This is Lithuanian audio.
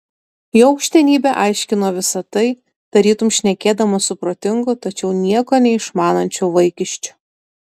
jo aukštenybė aiškino visa tai tarytum šnekėdamas su protingu tačiau nieko neišmanančiu vaikiščiu